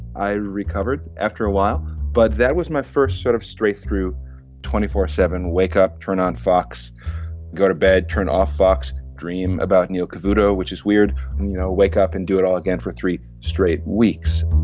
i recovered after a while but that was my first sort of straight through two four zero seven wake up turn on fox go to bed turn off fox dream about neil cavuto which is weird and you know wake up and do it all again for three straight weeks